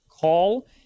call